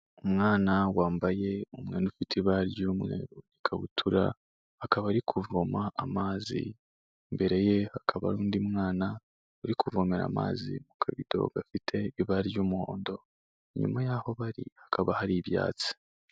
Umwana wambaye umwenda ufite ibara ry'umweru n'ikabutura, akaba ari kuvoma amazi, imbere ye hakaba hari undi mwana uri kuvomera amazi mu kabido gafite ibara ry'umuhondo, inyuma yaho bari, hakaba hari ibyatsi.